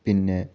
പിന്നെ